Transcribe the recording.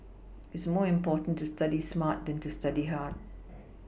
it is more important to study smart than to study hard